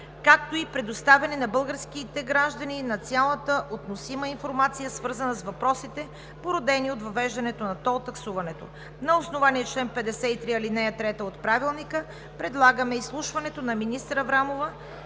както и предоставяне на българските граждани на цялата относима информация, свързана с въпросите, породени от въвеждането на тол таксуването. На основание чл. 53, ал. 3 от Правилника предлагаме изслушването на министър Аврамова